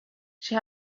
she